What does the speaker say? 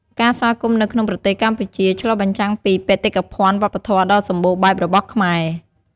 ការស្វាគមន៍នៅក្នុងប្រទេសកម្ពុជា ឆ្លុះបញ្ចាំងពីបេតិកភណ្ឌវប្បធម៌ដ៏សម្បូរបែបរបស់ខ្មែរ។